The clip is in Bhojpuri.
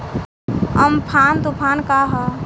अमफान तुफान का ह?